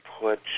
put